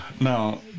Now